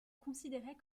considérait